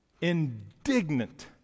indignant